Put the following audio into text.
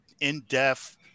in-depth